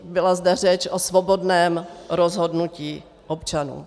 Byla zde řeč o svobodném rozhodnutí občanů.